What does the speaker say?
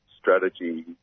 strategy